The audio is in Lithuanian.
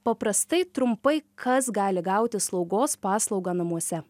paprastai trumpai kas gali gauti slaugos paslaugą namuose